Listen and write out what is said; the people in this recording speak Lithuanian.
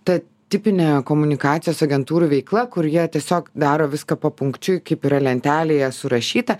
ta tipine komunikacijos agentūrų veikla kur jie tiesiog daro viską papunkčiui kaip yra lentelėje surašyta